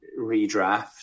redraft